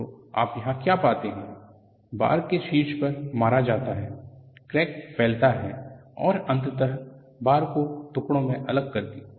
तो आप यहां क्या पाते हैं बार के शीर्ष पर मारा जाता है क्रैक फैलता है और अंततः बार को टुकड़ों में अलग करती है